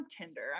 Tinder